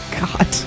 God